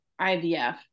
IVF